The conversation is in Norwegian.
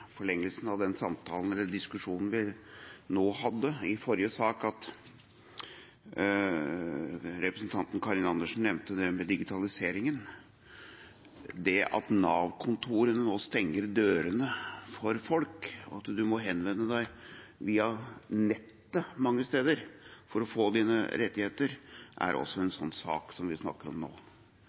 forlengelsen av den diskusjonen vi hadde i forrige sak. Representanten Karin Andersen nevnte nemlig digitaliseringen. Det at Nav-kontorene nå stenger dørene for folk, og at man må henvende seg via nettet mange steder for å få sine rettigheter, gjelder også den saken som vi snakker om nå.